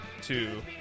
two